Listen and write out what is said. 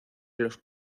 los